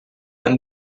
end